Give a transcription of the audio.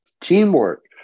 teamwork